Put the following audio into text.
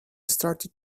started